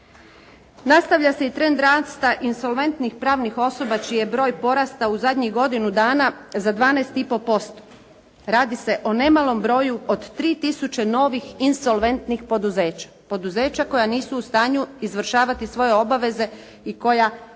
Nastavlja se i trend rasta insolventnih pravnih osoba čiji je broj porastao u zadnjih godinu dana za 12,5%. Radi se o nemalom broju od 3 tisuće novih insolventnih poduzeća, poduzeća koja nisu u stanju izvršavati svoje obaveze i koja ne